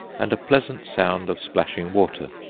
and a pleasant sound of splashing water.